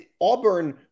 Auburn